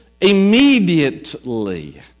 immediately